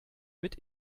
mit